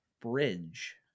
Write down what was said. bridge